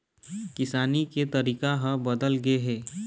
किसानी के तरीका ह बदल गे हे